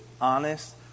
honest